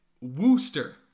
Wooster